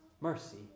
mercy